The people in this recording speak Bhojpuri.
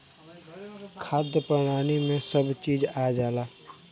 खाद्य प्रणाली में सब चीज आ जाला